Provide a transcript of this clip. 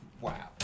wow